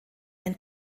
ein